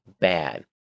bad